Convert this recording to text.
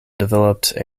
developed